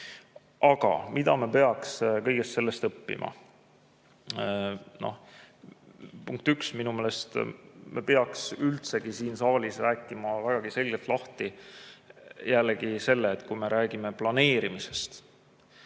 Aga mida me peaks kõigest sellest õppima? Punkt üks, minu meelest me peaks üldsegi siin saalis rääkima vägagi selgelt lahti jällegi selle, et kui me räägime planeerimisest